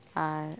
ᱟᱨ